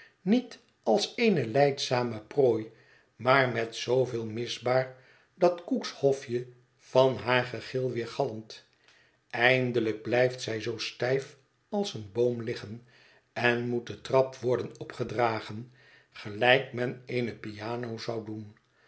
niet als eene lijdzame prooi maar met zooveel misbaar dat cook's hofje van haar gegil weergalmt eindelijk blijft zij zoo stijf als een boom liggen en moet de trap worden opgedragen gelijk men eene piano zou doen